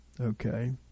okay